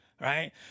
right